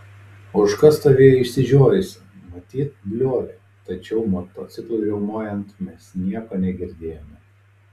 ožka stovėjo išsižiojusi matyt bliovė tačiau motociklui riaumojant mes nieko negirdėjome